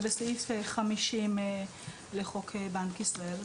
ובסעיף 50 לחוק בנק ישראל.